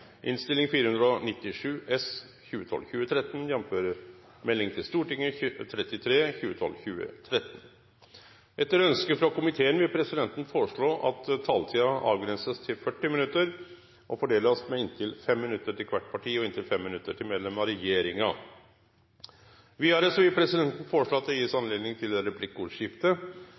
innstilling, men det er greit. Flere har ikke bedt om ordet til sak nr. 11. Etter ønske fra familie- og kulturkomiteen vil presidenten foreslå at taletiden begrenses til 40 minutter og fordeles med inntil 5 minutter til hvert parti og inntil 5 minutter til medlem av regjeringen. Videre vil presidenten foreslå at det gis anledning til replikkordskifte